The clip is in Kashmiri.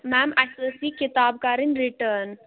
میم اَسہِ ٲس یہِ کِتاب کَرٕنۍ رِٹٲن